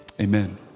amen